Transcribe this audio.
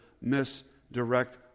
misdirect